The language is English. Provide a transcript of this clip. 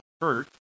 hurt